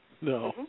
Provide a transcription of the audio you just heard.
no